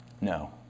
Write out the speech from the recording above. No